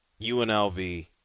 UNLV